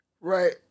right